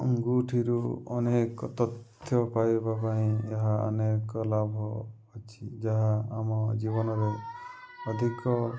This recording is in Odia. ଆଙ୍ଗୁଠିରୁ ଅନେକ ତଥ୍ୟ ପାଇବା ପାଇଁ ଏହା ଅନେକ ଲାଭ ଅଛି ଯାହା ଆମ ଜୀବନରେ ଅଧିକ